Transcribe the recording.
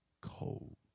cold